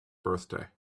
birthday